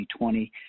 2020